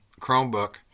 Chromebook